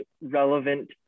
relevant